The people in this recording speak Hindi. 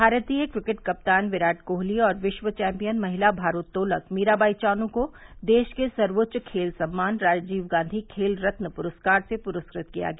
भारतीय क्रिकेट कप्तान विराट कोहली और विश्व चौंपियन महिला भारोत्तोलक मीराबाई चानू को देश के सर्वोच्च खेल सम्मान राजीव गांधी खेल रत्न पुरस्कृत किया गया